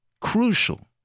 crucial